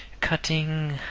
Cutting